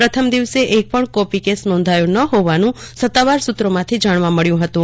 પ્રથમ દિવસે એક પણ કોપીકેસ નોંધાયો ન હોવાનું સતાવાર સુત્રોમાંથી જાણવા મળ્યું હતું